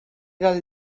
del